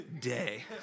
day